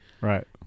Right